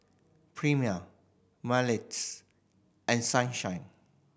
Premier Mentos and Sunshine